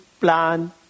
plan